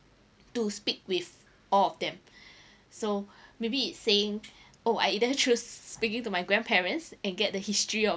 to speak with all of them so maybe it saying oh I either choose speaking to my grandparents and get the history